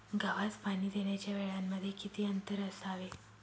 गव्हास पाणी देण्याच्या वेळांमध्ये किती अंतर असावे?